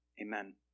amen